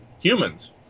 humans